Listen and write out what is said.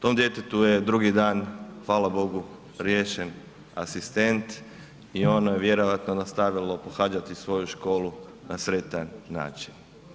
Tom djetetu je drugi dan hvala bogu riješen asistent i ono je vjerojatno nastavilo pohađati svoju školu na sretan način.